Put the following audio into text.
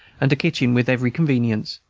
and a kitchen with every convenience,